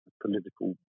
political